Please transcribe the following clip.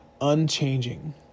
unchanging